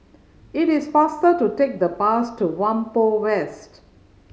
it is faster to take the bus to Whampoa West